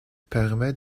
permet